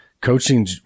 coaching